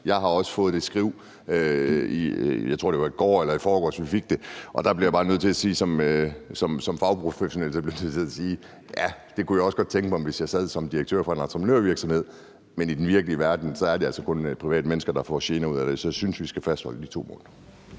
Jeg har også fået det skriv, jeg tror, det var i går eller i forgårs, vi fik det, og der bliver jeg bare nødt til at sige som fagprofessionel, at ja, det kunne jeg også godt tænke mig, hvis jeg sad som direktør for en entreprenørvirksomhed. Men i den virkelige verden er det altså kun private mennesker, der får gener ud af det. Så jeg synes, vi skal fastholde de 2 måneder.